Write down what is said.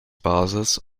basis